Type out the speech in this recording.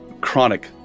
Chronic